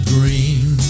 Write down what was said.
Green